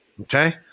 Okay